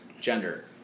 gender